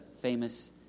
famous